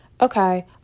Okay